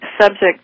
subject